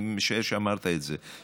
אני משער שאמרת את זה,